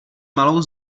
malou